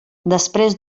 després